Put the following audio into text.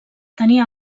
tenia